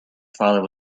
father